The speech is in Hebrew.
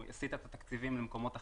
הוא הסיט את התקציבים למקומות אחרים.